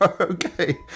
okay